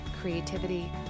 creativity